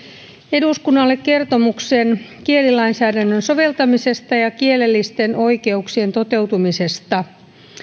eduskunnalle kertomuksen kielilainsäädännön soveltamisesta ja ja kielellisten oikeuksien toteutumisesta